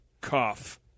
cough